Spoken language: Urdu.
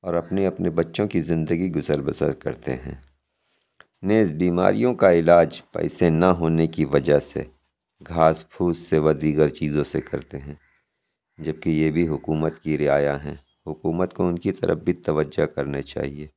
اور اپنے اپنے بچوں کی زندگی گزر بسر کرتے ہیں نیز بیماریوں کا علاج پیسے نہ ہونے کی وجہ سے گھاس پھوس سے و دیگر چیزوں سے کرتے ہیں جبکہ یہ بھی حکومت کی رعایا ہیں حکومت کو اُن کی طرف بھی توجہ کرنا چاہیے